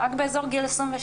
רק באזור גיל 27